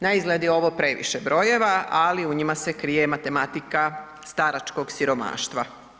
Na izgled je ovo previše brojeva, ali u njima se krije matematika staračkog siromaštva.